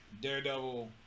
Daredevil